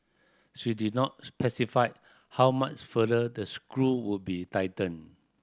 she did not specify how much further the screw would be tightened